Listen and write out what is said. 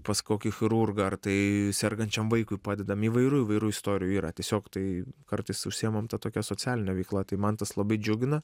pas kokį chirurgą ar tai sergančiam vaikui padedam įvairių įvairių istorijų yra tiesiog tai kartais užsiemam ta tokia socialine veikla tai man tas labai džiugina